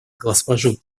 госпожу